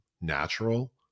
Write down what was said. natural